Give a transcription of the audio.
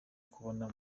kubona